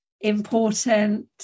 important